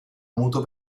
muto